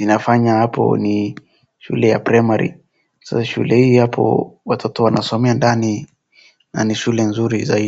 inafanya hapo ni shule ya primary . Sasa shule hii hapo watoto wanasomea ndani na ni shule nzuri zaidi.